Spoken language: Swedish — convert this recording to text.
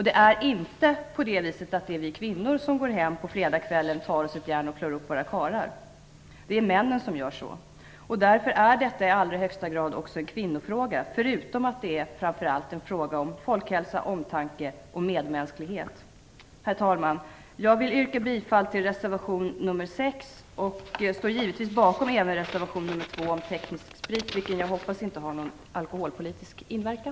Det är inte vi kvinnor som går hem på fredagskvällen, tar oss ett järn och klår upp våra karlar. Det är männen som gör så. Därför är detta i allra högsta grad också en kvinnofråga förutom att det framför allt är en fråga om folkhälsa, omtanke och medmänsklighet. Herr talman! Jag vill yrka bifall till reservation nr 6 och står givetvis även bakom reservation nr 2 om teknisk sprit, vilken jag hoppas inte har någon alkoholpolitisk inverkan.